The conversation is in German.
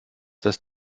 dass